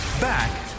Back